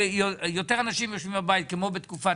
אם יותר אנשים יושבים בבית כמו בתקופת